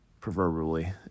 proverbially